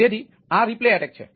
તેથી આ replay attack છે